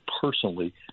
personally